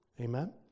Amen